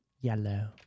Yellow